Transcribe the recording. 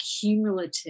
cumulative